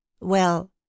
Well